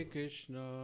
Krishna